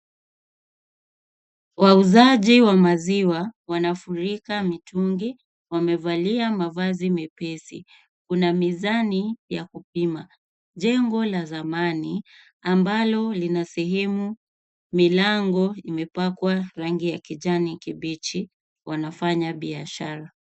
Wauzaji wa maziwa wanafunika mitungi. Wamevalia mavazi mepesi. Kuna mizani ya kupima. Jengo la zamani ambalo lina sehemu milango imepakwa rangi ya kijani kibichi. Wanafanya biashara.